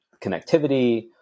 connectivity